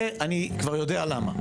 זה אני כבר יודע למה.